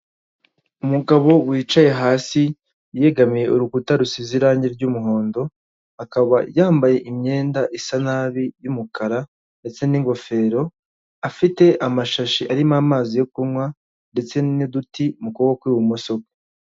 Umugabo wicaye hasi yegamiye urukuta rusize irangi ry'umuhondo akaba yambaye imyenda isa nabi y'umukara ndetse n'ingofero afite amashashi arimo amazi yo kunywa ndetse n'uduti mu kuboko kw'ibumoso kwe.